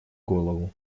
голову